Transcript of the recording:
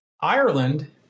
Ireland